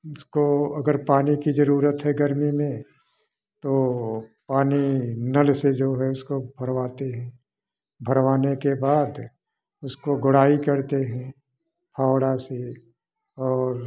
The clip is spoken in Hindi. इसको अगर पानी की जरूरत है गर्मी में तो पानी नल से जो है उसको भरवाते हैं भरवाने के बाद उसको गोड़ाई करते हैं फावड़ा से और